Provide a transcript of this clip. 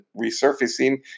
resurfacing